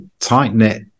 tight-knit